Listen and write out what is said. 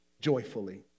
joyfully